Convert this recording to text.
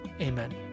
Amen